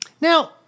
Now